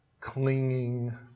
clinging